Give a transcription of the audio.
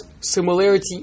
similarity